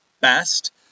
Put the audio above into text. best